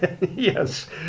Yes